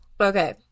Okay